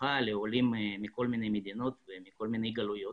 פתוחה לעולים מכל מיני מדינות ומכל מיני גלויות.